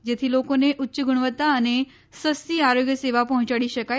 જેથી લોકને ઉચ્ય ગુણવત્તા અને સસ્તી આરોગ્ય સેવા પહોંચાડી શકાય